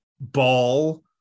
ball